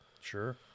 Sure